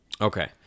Okay